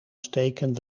steken